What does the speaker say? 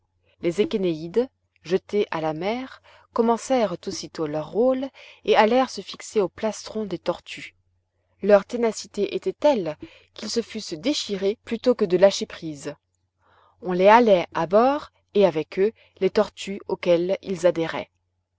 les échénéïdes jetés à la mer commencèrent aussitôt leur rôle et allèrent se fixer au plastron des tortues leur ténacité était telle qu'ils se fussent déchirés plutôt que de lâcher prise on les halait à bord et avec eux les tortues auxquelles ils adhéraient